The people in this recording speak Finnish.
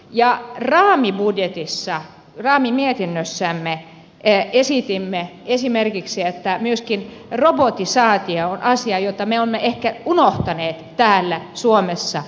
ja raamibudjetissa raamimietinnössämme esitimme esimerkiksi että myöskin robotisaatio on asia jonka me olemme ehkä unohtaneet täällä suomessa liian paljon